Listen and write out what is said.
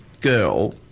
girl